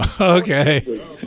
Okay